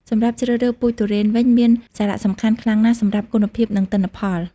សម្រាប់ជ្រើសរើសពូជទុរេនវិញ មានសារៈសំខាន់ខ្លាំងណាស់សម្រាប់គុណភាព និងទិន្នផល។